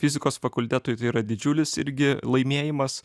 fizikos fakultetui tai yra didžiulis irgi laimėjimas